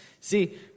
See